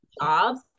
jobs